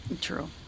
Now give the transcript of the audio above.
True